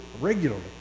regularly